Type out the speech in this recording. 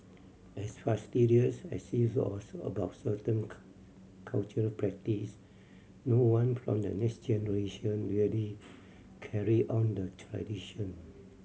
as fastidious as she was about certain cultural practice no one from the next generation really carried on the tradition